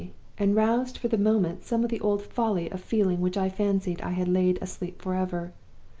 and roused for the moment some of the old folly of feeling which i fancied i had laid asleep forever.